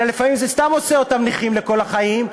אלא לפעמים זה סתם עושה אותם נכים לכל החיים,